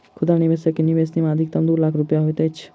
खुदरा निवेशक के निवेश सीमा अधिकतम दू लाख रुपया होइत अछि